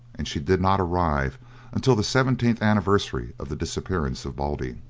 and she did not arrive until the seventeenth anniversary of the disapppearance of baldy.